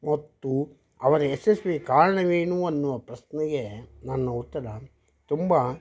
ಮತ್ತು ಅವರ ಯಶಸ್ವಿಗೆ ಕಾರಣವೇನು ಎನ್ನುವ ಪ್ರಶ್ನೆಗೆ ನನ್ನ ಉತ್ತರ ತುಂಬ